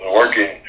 working